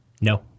No